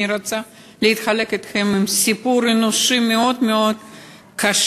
אני רוצה לחלוק אתכם סיפור אנושי מאוד מאוד קשה.